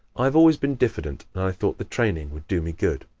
i have always been diffident and i thought the training would do me good.